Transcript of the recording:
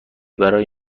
برای